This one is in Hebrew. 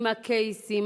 עם הקייסים,